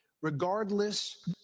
Regardless